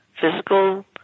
physical